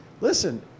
listen